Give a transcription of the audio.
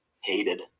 hated